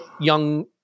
young